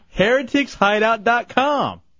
Hereticshideout.com